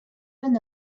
been